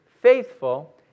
faithful